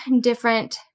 different